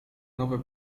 nowe